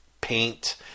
paint